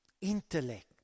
intellect